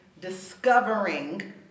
Discovering